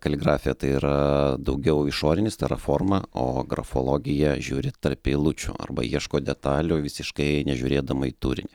kaligrafija tai yra daugiau išorinis tai yra forma o grafologija žiūri tarp eilučių arba ieško detalių visiškai nežiūrėdama į turinį